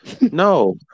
No